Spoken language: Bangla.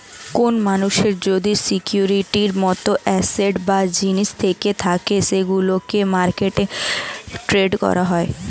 কোন মানুষের যদি সিকিউরিটির মত অ্যাসেট বা জিনিস থেকে থাকে সেগুলোকে মার্কেটে ট্রেড করা হয়